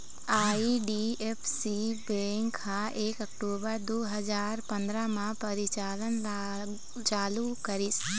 IDFC bank ह एक अक्टूबर दू हजार पंदरा म परिचालन चालू करिस